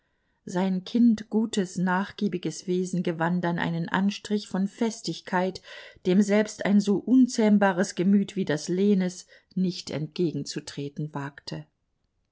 sein kindgutes nachgiebiges wesen gewann dann einen anstrich von festigkeit dem selbst ein so unzähmbares gemüt wie das lenes nicht entgegenzutreten wagte